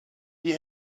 die